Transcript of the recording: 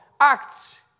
act